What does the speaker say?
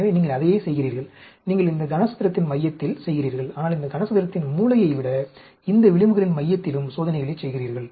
எனவே நீங்கள் அதையே செய்கிறீர்கள் நீங்கள் இந்த கனசதுரத்தின் மையத்தில் செய்கிறீர்கள் ஆனால் இந்த கனசதுரத்தின் மூலையை விட இந்த விளிம்புகளின் மையத்திலும் சோதனைகளைச் செய்கிறீர்கள்